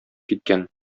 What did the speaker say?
киткән